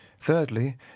Thirdly